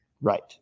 Right